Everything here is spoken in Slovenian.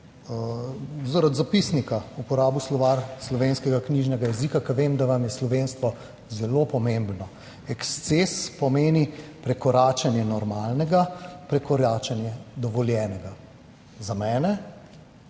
zaradi zapisnika uporabil Slovar slovenskega knjižnega jezika, ker vem, da vam je slovenstvo zelo pomembno. Eksces pomeni prekoračenje normalnega, prekoračenje dovoljenega. Za mene